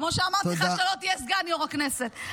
כמו שאמרתי לך שלא תהיה סגן יו"ר הכנסת,